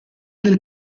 del